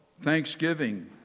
thanksgiving